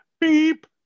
beep